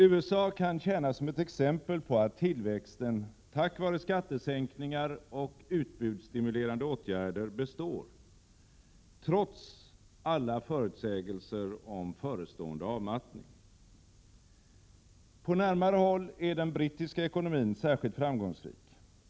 USA kan tjäna som ett exempel på att tillväxten tack vare skattesänkningar och utbudsstimulerande åtgärder består trots alla förutsägelser om förestående avmattning. På närmare håll är den brittiska ekonomin särskilt framgångsrik.